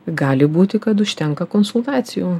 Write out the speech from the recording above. gali būti kad užtenka konsultacijų